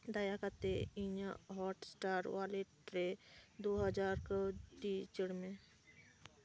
ᱫᱟᱭᱟ ᱠᱟᱛᱮᱫ ᱤᱧᱟᱹᱜ ᱦᱳᱴ ᱥᱴᱟᱨ ᱳᱣᱟᱞᱮᱴ ᱨᱮ ᱫᱩ ᱦᱟᱡᱟᱨ ᱠᱟᱹᱣᱰᱤ ᱩᱪᱟᱹᱲ ᱢᱮ